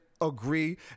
agree